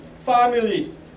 families